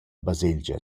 baselgia